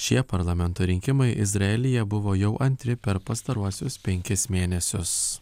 šie parlamento rinkimai izraelyje buvo jau antri per pastaruosius penkis mėnesius